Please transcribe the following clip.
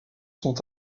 sont